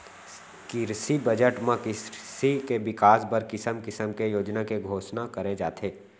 किरसी बजट म किरसी के बिकास बर किसम किसम के योजना के घोसना करे जाथे